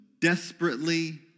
desperately